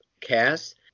cast